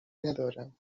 ندارم